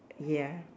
ya